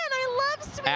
i love